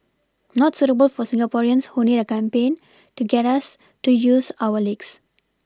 not suitable for Singaporeans who need a campaign to get us to use our legs